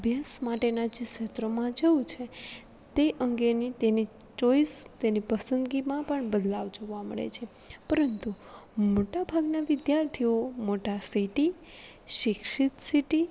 અભ્યાસ માટેના જે ક્ષેત્રમાં જવું છે તે અંગેની તેની ચોઇસ તેની પસંદગીમાં પણ બદલાવ જોવા મળે છે પરંતુ મોટાભાગના વિદ્યાર્થીઓ મોટા સિટી શિક્ષિત સિટી